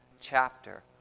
chapter